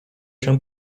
się